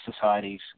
societies